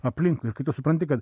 aplinkui ir kai tu supranti kad